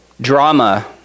Drama